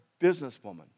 businesswoman